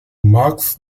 marks